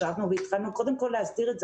והתחלנו קודם כל להסדיר את זה.